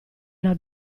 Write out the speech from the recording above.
una